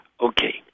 Okay